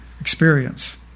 experience